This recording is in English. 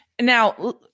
Now